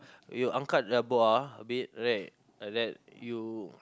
you angkat the buah a bit right like that you